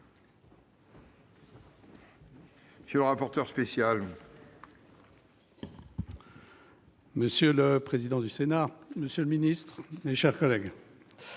M. le rapporteur spécial. Monsieur le président du Sénat, monsieur le ministre, mes chers collègues,